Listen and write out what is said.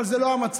אבל זה לא המצב.